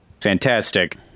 fantastic